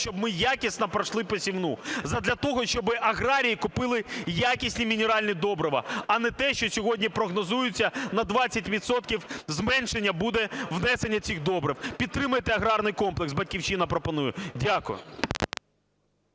щоб ми якісно пройшли посівну, задля того, щоб аграрії купили якісні мінеральні добрива, а не те, що сьогодні прогнозується на 20 відсотків зменшення буде внесення цих добрив. Підтримайте аграрний комплекс, "Батьківщина" пропонує. Дякую.